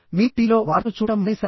మీరు టీవీలో వార్తలు చూడటం మానేశారా